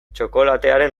txokolatearen